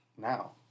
now